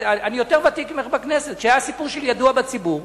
אני יותר ותיק ממך בכנסת - שהיה סיפור של ידוע בציבור,